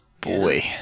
Boy